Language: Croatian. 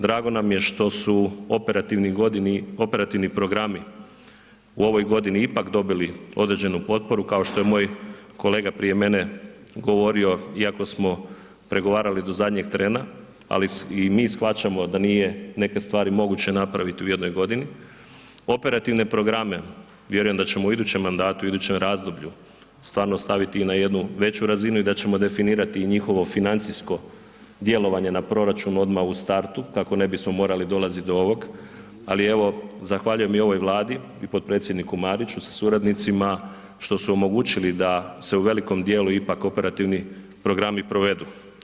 Drago nam je što su operativni programi u ovoj godini ipak dobili određenu potporu, kao što je moj kolega prije mene govorio iako smo pregovarali do zadnjeg trena, ali i mi shvaćamo da nije neke stvari moguće napravit u jednoj godini, operativne programe vjerujem da ćemo u idućem mandatu, u idućem razdoblju, stvarno staviti i na jednu veću razinu i da ćemo definirati i njihovo financijsko djelovanje na proračun odma u startu kako ne bismo morali dolazit do ovog, ali evo zahvaljujem i ovoj Vladi i potpredsjedniku Mariću sa suradnicima što su omogućili da se u velikom dijelu ipak operativni programi provedu.